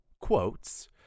quotes